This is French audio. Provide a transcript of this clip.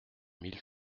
mille